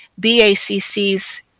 BACC's